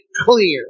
clear